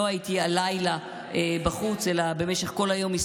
לא הייתי הלילה בחוץ אלא כמה פעמים במשך כל היום,